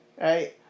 right